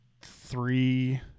three